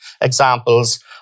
examples